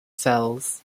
fells